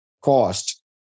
cost